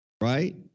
right